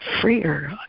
freer